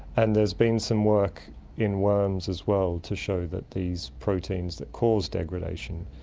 and there's been some work in worms as well to show that these proteins that cause degradation,